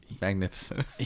magnificent